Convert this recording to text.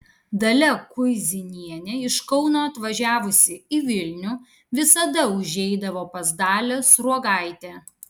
dalia kuizinienė iš kauno atvažiavusi į vilnių visada užeidavo pas dalią sruogaitę